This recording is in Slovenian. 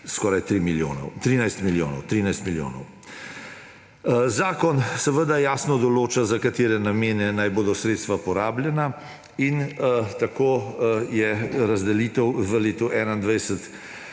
skoraj 13 milijonov. Zakon seveda jasno določa, za katere namene naj bodo sredstva porabljena, in tako je razdelitev v letu 2021